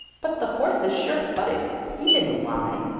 but the horse is sure-footed he didn't lie,